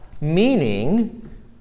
meaning